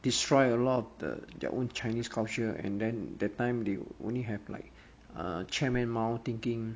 destroy a lot the their own chinese culture and then that time they only have like a chairman mao thinking